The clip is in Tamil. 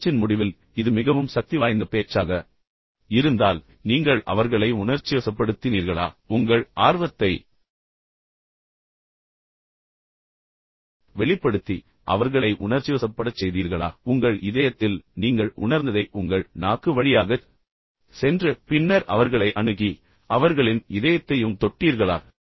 பேச்சின் முடிவில் இது மிகவும் சக்திவாய்ந்த பேச்சாக இருந்தால் நீங்கள் அவர்களை உணர்ச்சிவசப்படுத்தினீர்களா உங்கள் ஆர்வத்தை வெளிப்படுத்தி அவர்களை உணர்ச்சிவசப்படச் செய்தீர்களா உங்கள் இதயத்தில் நீங்கள் உணர்ந்ததை உங்கள் நாக்கு வழியாகச் சென்று பின்னர் அவர்களை அணுகி அவர்களின் இதயத்தையும் தொட்டீர்களா